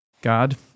God